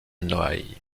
noailles